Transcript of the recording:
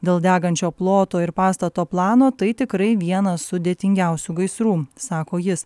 dėl degančio ploto ir pastato plano tai tikrai viena sudėtingiausių gaisrų sako jis